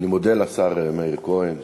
אני מודה לשר מאיר כהן,